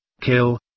kill